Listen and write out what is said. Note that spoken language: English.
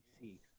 See